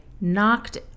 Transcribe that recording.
knocked